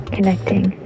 Connecting